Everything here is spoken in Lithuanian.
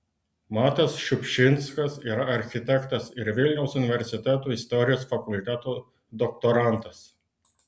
matas šiupšinskas yra architektas ir vilniaus universiteto istorijos fakulteto doktorantas